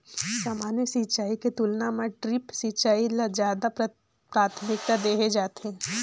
सामान्य सिंचाई के तुलना म ड्रिप सिंचाई ल ज्यादा प्राथमिकता देहे जाथे